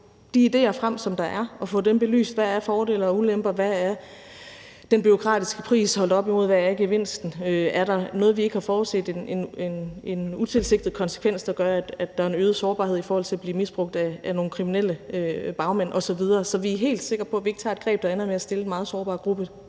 de idéer, der er, frem og får dem belyst. Hvad er fordele og ulemper, og hvad er den bureaukratiske pris holdt op imod, hvad gevinsten er? Er der noget, vi ikke har forudset – en utilsigtet konsekvens, der gør, at der er en øget sårbarhed i forhold til at blive misbrugt af nogle kriminelle bagmænd osv.? Lad os få det belyst, så vi er helt sikre på, at vi ikke tager et greb, der ender med at stille en meget sårbar gruppe